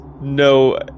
no